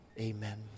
Amen